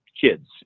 kids